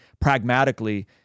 pragmatically